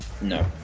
No